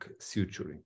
suturing